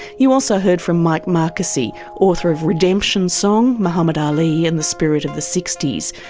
you also heard from mike marqusee, author of redemption song muhammad ali and the spirit of the sixties,